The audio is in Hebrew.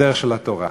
דרך התורה.